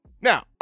Now